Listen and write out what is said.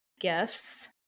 gifts